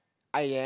I am